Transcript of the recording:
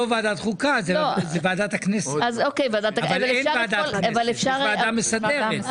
זאת לא ועדת חוקה אלא ועדת הכנסת אבל אין ועדת כנסת אלא ועדה מסדרת.